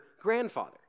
grandfather